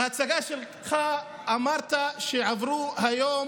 בהצגה שלך אמרת שעברו היום